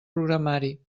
programari